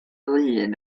lŷn